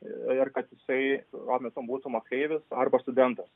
ir kad jisai tuo metu būtų moksleivis arba studentas